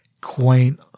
quaint